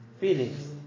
feelings